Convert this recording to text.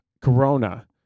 Corona